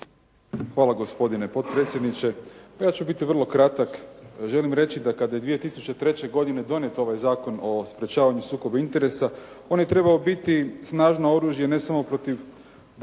Hvala gospodine potpredsjedniče. Ja ću biti vrlo kratak. Želim reći da kada je 2003. godine donijet ovaj Zakon o sprječavanju sukoba interesa, on je trebao biti snažno oružje, ne samo u borbi